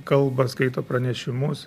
kalba skaito pranešimus